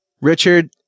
Richard